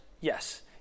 Yes